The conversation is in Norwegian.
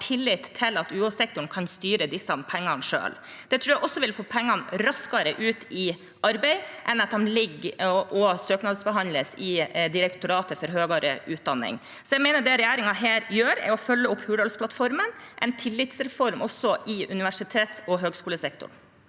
til at UH-sektoren kan styre disse pengene selv. Det tror jeg også vil få pengene raskere i arbeid enn om søknadene ligger til behandling i Direktoratet for høyere utdanning og kompetanse. Jeg mener det regjeringen her gjør, er å følge opp Hurdalsplattformen, en tillitsreform i universitets- og høyskolesektoren.